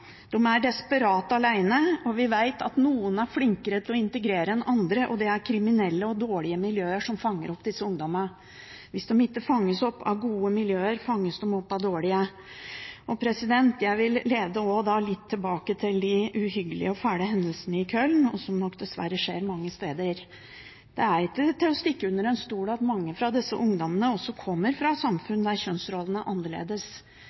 er desperate og alene. Vi vet at noen er flinkere til å integrere enn andre, og det er kriminelle og dårlige miljøer som fanger opp disse ungdommene. Hvis de ikke fanges opp av gode miljøer, fanges de opp av dårlige. Jeg vil litt tilbake til de uhyggelige og fæle hendelsene i Köln, som nok dessverre skjer mange steder. Det er ikke til å stikke under stol at mange av disse ungdommene kommer fra samfunn der kjønnsrollene er annerledes.